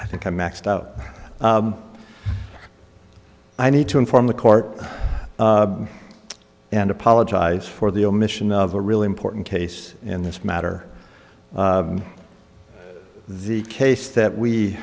i think i maxed out i need to inform the court and apologize for the omission of a really important case in this matter the case that we